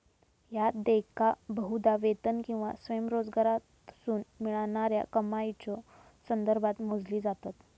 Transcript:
ह्या देयका बहुधा वेतन किंवा स्वयंरोजगारातसून मिळणाऱ्या कमाईच्यो संदर्भात मोजली जातत